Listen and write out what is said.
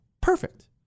Perfect